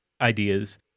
ideas